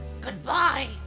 Goodbye